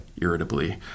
irritably